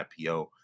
IPO